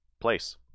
place